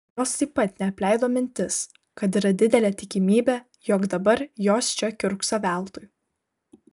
jos taip pat neapleido mintis kad yra didelė tikimybė jog dabar jos čia kiurkso veltui